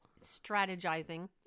Strategizing